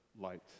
light